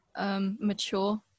Mature